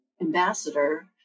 ambassador